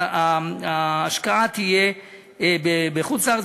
שההשקעה תהיה בחוץ-לארץ.